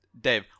dave